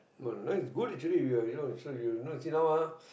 now is good actually you so you know you sit down ah